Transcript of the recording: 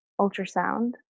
ultrasound